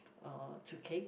uh to cake